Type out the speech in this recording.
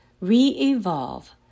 Re-evolve